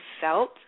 felt